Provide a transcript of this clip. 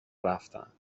رفتند